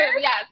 yes